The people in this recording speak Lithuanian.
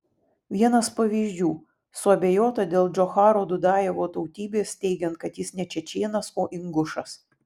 vienas pavyzdžių suabejota dėl džocharo dudajevo tautybės teigiant kad jis ne čečėnas o ingušas